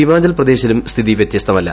ഹിമാചൽ പ്രദേശിലും സ്ഥിതി വ്യത്യസ്തമല്ല